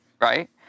right